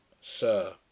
sir